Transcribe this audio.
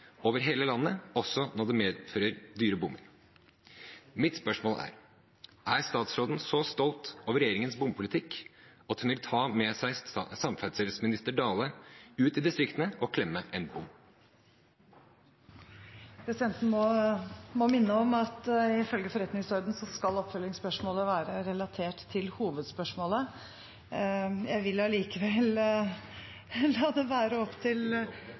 over hele landet, også når det medfører dyre bommer. Mitt spørsmål er: Er statsråden så stolt over regjeringens bompolitikk at hun vil ta med seg samferdelsminister Dale ut i distriktene og klemme en bom? Presidenten må minne om at ifølge forretningsordenen skal oppfølgingsspørsmålet være relatert til hovedspørsmålet. Presidenten vil allikevel la det være opp til